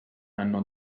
anno